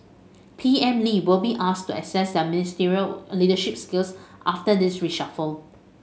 P M Lee will be to assess their ministerial leadership skills after this reshuffle